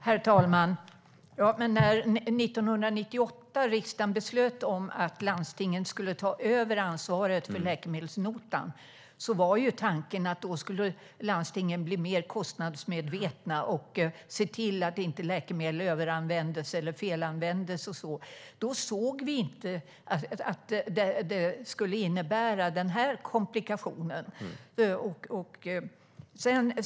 Herr talman! När riksdagen 1998 beslöt att landstingen skulle ta över ansvaret för läkemedelsnotan var ju tanken att landstingen skulle bli mer kostnadsmedvetna och se till att läkemedel inte överanvändes eller felanvändes. Då såg vi inte att det skulle medföra den här komplikationen.